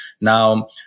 Now